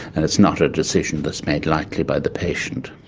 and it's not a decision that's made lightly by the patient.